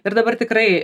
ir dabar tikrai